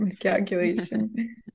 calculation